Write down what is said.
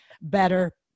better